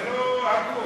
זה לא הגון.